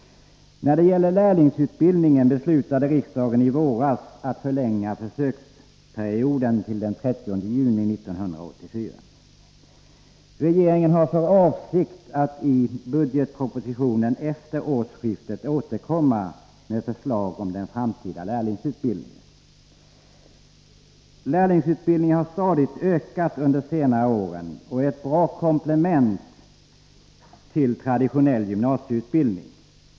När det gäller lärlingsutbildningen beslutade riksdagen i våras att förlänga försöksperioden till den 30 juni 1984. Regeringen har för avsikt att i budgetpropositionen efter årsskiftet återkomma med förslag om den framtida lärlingsutbildningen. Lärlingsutbildningen har stadigt ökat under senare år och är ett bra komplement till traditionell gymnasieutbildning.